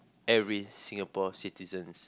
every Singapore citizens